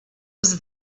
was